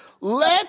Let